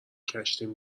کشتیم